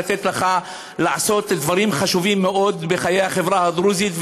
לתת לך לעשות דברים חשובים מאוד בחיי החברה הדרוזית.